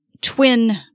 twin